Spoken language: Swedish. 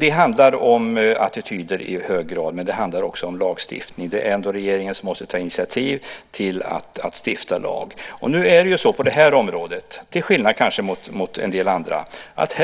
Det handlar i hög grad om attityder, men det handlar också om lagstiftning. Det är ändå regeringen som måste ta initiativ till att stifta en lag. Nu är det så på det här området, kanske till skillnad mot en del andra, att